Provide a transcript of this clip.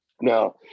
Now